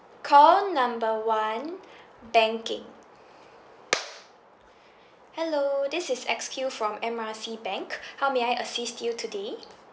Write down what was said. call number one banking hello this is X Q from M R C bank how may I assist you today